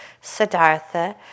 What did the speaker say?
Siddhartha